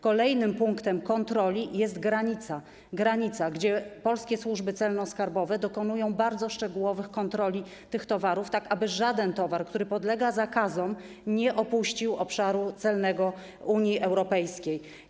Kolejnym punktem kontroli jest granica, gdzie polskie służby celno-skarbowe dokonują bardzo szczegółowych kontroli tych towarów, tak aby żaden towar, który podlega zakazom, nie opuścił obszaru celnego Unii Europejskiej.